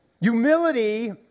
Humility